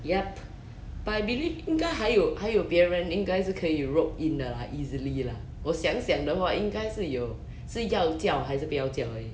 yup but I believe 应该还有还有别人应该是可以 rope in 的 ah easily lah 我想想的话应该是有是要叫还是不要叫而已